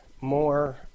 more